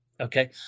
Okay